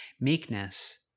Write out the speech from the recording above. Meekness